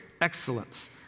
excellence